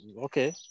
okay